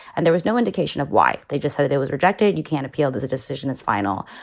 and there was no indication of why. they just said that it was rejected. you can't appeal does a decision is final.